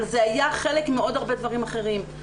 אבל זה היה חלק מעוד הרבה דברים אחרים.